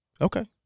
Okay